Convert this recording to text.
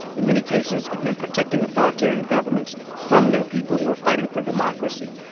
in many cases it meant protecting authoritarian governments from their people who were fighting for democracy.